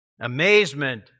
Amazement